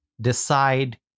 decide